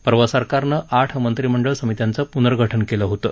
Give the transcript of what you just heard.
परवा सरकारनं आठ मंत्रिमंडळ समित्यांचं पुनर्गठन केलं होतं